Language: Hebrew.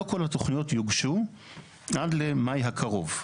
לא כל התוכיות יוגשו עד למאי הקרוב.